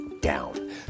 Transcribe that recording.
down